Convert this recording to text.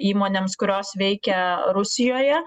įmonėms kurios veikia rusijoje